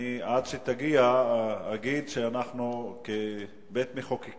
ועד שתגיע אני אגיד שאנחנו כבית-מחוקקים